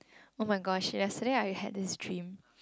oh-my-gosh yesterday I had this dream